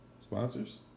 sponsors